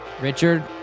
Richard